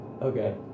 Okay